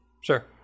Sure